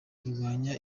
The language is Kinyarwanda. kurwanya